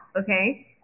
Okay